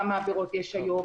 כמה עבירות יש היום,